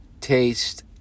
taste